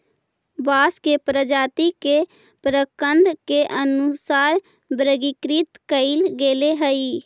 बांस के प्रजाती के प्रकन्द के अनुसार वर्गीकृत कईल गेले हई